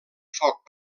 foc